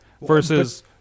versus